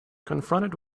confronted